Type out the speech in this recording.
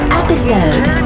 episode